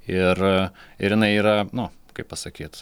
ir ir jinai yra nu kaip pasakyt